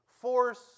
force